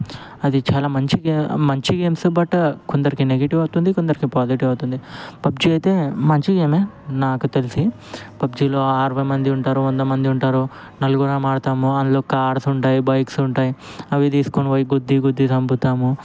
అది చాలా మంచిగా మంచి గేమ్స్ బట్ కొందరికి నెగిటివ్ అవుతుంది కొందరికి పాజిటివ్ అవుతుంది పబ్జీ అయితే మంచి గేమే నాకు తెలిసి పబ్జీలో అరవై మంది ఉంటారు వంద మంది ఉంటారు నలుగురం ఆడతాము అందులో కార్స్ ఉంటాయి బైక్స్ ఉంటాయి అవి తీసుకోనిపోయి గుద్ది గుద్ది చంపుతాము